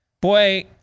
Boy